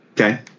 Okay